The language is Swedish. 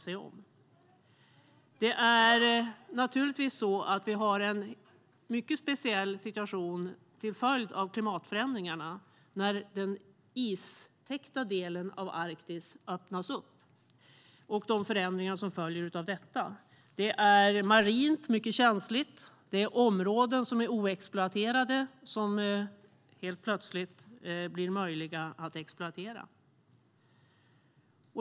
Vi har naturligtvis en mycket speciell situation till följd av klimatförändringarna när den istäckta delen av Arktis öppnas upp. Jag tänker på de förändringar som följer av detta. Det är marint mycket känsligt. Det är områden som är oexploaterade som helt plötsligt blir möjliga att exploatera.